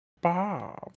Bob